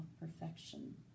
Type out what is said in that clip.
perfection